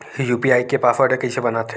UPI के password कइसे बनाथे?